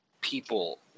people